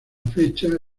fecha